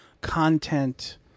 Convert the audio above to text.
content